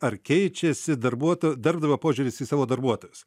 ar keičiasi darbuotojo darbdavio požiūris į savo darbuotojus